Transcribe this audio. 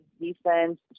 defense